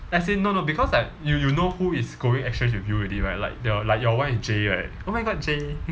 as in no no because like you you know who is going exchange with you already right like your like your one is jay right oh my god jay